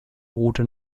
route